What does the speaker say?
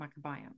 microbiome